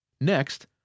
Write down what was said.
Next